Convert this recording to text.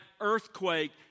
earthquake